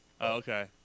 okay